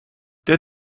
der